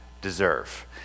deserve